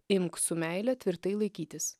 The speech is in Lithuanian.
imk su meile tvirtai laikytis